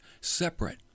separate